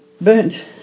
burnt